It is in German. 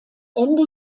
ende